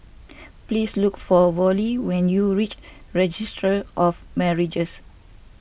please look for Vollie when you reach Registry of Marriages